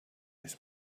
this